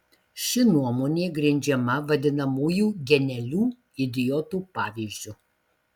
ši nuomonė grindžiama vadinamųjų genialių idiotų pavyzdžiu